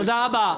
תודה רבה.